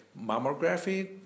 mammography